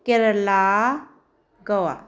Kerala Goa